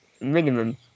minimum